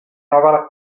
avrà